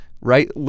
right